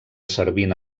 servint